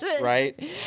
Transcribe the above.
right